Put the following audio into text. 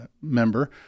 member